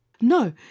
No